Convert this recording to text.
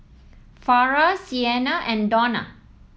Farrah Sienna and Donna